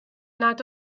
nad